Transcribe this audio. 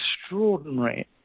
extraordinary